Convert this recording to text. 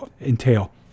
entail